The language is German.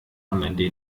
online